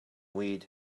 weed